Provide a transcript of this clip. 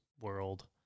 world